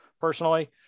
personally